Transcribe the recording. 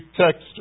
text